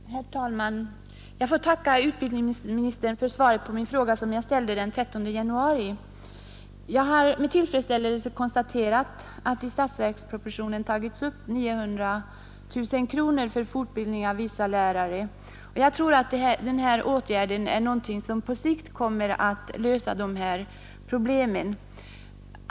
Herr talman! Jag får tacka utbildningsministern för svaret på min enkla fråga, som jag ställde den 13 januari. Jag har med tillfredsställelse konstaterat att det i statsverkspropositionen tagits upp 900 000 kronor för fortbildning av vissa lärare, och jag tror att denna åtgärd på sikt kommer att lösa de problem jag tagit upp.